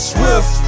Swift